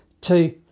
two